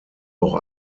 auch